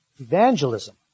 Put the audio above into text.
evangelism